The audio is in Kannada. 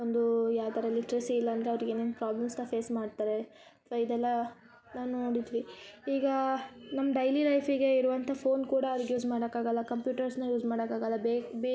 ಒಂದು ಯಾವ ಥರ ಲಿಟ್ರೆಸಿ ಇಲ್ಲಂದರೆ ಅವ್ರ್ಗ ಏನೇನು ಪ್ರಾಬ್ಲಮ್ಸ್ನ ಫೇಸ್ ಮಾಡ್ತಾರೆ ಅಥ್ವ ಇದೆಲ್ಲ ನಾವು ನೋಡಿದ್ವಿ ಈಗ ನಮ್ಮ ಡೈಲಿ ಲೈಫಿಗೆ ಇರುವಂಥ ಫೋನ್ ಕೂಡ ಅದಕ್ಕೆ ಯೂಸ್ ಮಾಡಕಾಗಲ್ಲ ಕಂಪ್ಯೂಟರ್ಸ್ನ ಯೂಸ್ ಮಾಡಕಾಗಲ್ಲ ಬೇಕು ಬೇಕಾದಂಥ ಬೇಸಿಕ್ ಇನ್ಫಾರ್ಮೇಷನ್ ಕೂಡ ನಮಗೆ ಸಿಗಲ್ಲ